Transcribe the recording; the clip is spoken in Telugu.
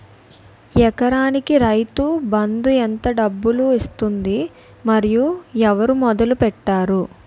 ఎకరానికి రైతు బందు ఎంత డబ్బులు ఇస్తుంది? మరియు ఎవరు మొదల పెట్టారు?